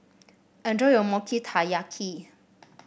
enjoy your Mochi Taiyaki